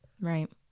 Right